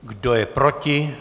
Kdo je proti?